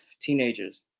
teenagers